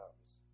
comes